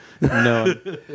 no